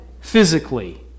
physically